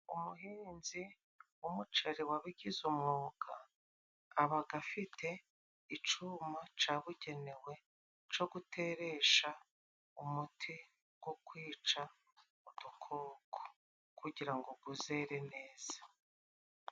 Umuhinzi w'umuceri wabigize umwuga, abaga afite icuma cabugenewe co guteresha umuti go kwica udukoko, kugira ngo guzere neza.